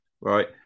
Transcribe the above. right